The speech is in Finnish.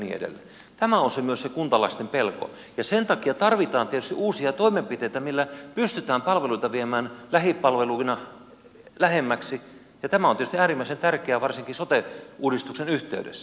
tämä on myös se kuntalaisten pelko ja sen takia tarvitaan tietysti uusia toimenpiteitä millä pystytään palveluita viemään lähipalveluina lähemmäksi ja tämä on tietysti äärimmäisen tärkeää varsinkin sote uudistuksen yhteydessä